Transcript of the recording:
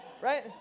Right